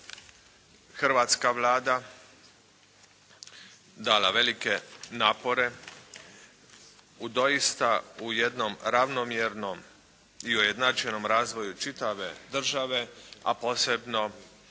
hrvatska Vlada dala velike napore u doista u jednom ravnomjernom i ujednačenom razvoju čitave države, a posebno